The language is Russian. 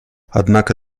однако